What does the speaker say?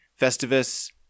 festivus